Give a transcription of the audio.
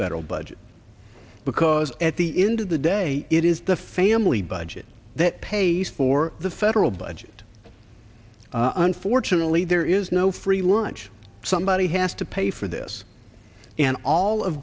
federal budget because at the end of the day it is the family budget that pays for the federal budget unfortunately there is no free lunch somebody has to pay for this and all of